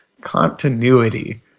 continuity